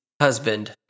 husband